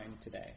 today